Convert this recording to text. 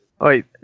wait